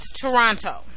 Toronto